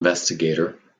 investigator